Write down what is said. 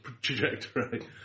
trajectory